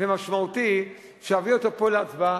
ומשמעותי שאביא אותו פה להצבעה,